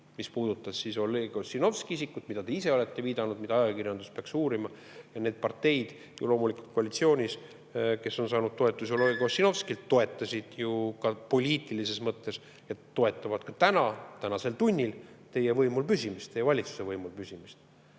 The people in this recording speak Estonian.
mis puudutab Oleg Ossinovski isikut, millele te ise olete viidanud, et mida ajakirjandus peaks uurima. Loomulikult, need koalitsiooniparteid, kes on saanud toetusi Oleg Ossinovskilt, toetasid ju ka poliitilises mõttes ja toetavad ka täna, tänasel tunnil teie võimul püsimist, teie valitsuse võimul püsimist.